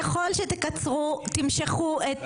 ככל שתמשכו את